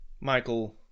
Michael